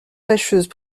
fâcheuse